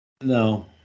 no